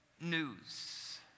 news